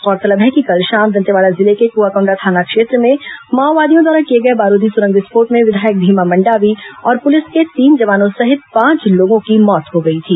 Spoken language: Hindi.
गौरतलब है कि कल शाम दंतेवाड़ा जिले के कुआकोंडा थाना क्षेत्र में माओवादियों द्वारा किए गए बारूदी सुरंग विस्फोट में विधायक भीमा मंडावी और पुलिस के तीन जवानों सहित पांच लोगों की मौत हो गई थी